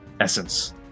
essence